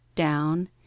down